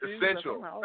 Essential